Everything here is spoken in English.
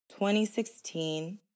2016